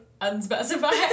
unspecified